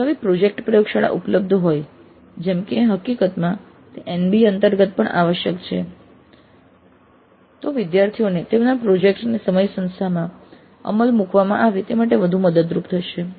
જો આવી પ્રોજેક્ટ પ્રયોગશાળા ઉપલબ્ધ હોય જેમ કે હકીકતમાં તે NBA અંતર્ગત પણ આવશ્યક છે તો વિદ્યાર્થીઓને તેમના પ્રોજેક્ટ ને સંસ્થામાં અમલમાં મૂકવા માટે તે વધુ મદદરૂપ થશે